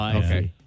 okay